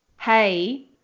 hey